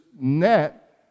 net